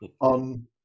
on